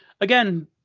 again